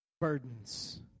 burdens